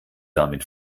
damit